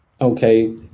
Okay